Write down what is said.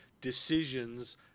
decisions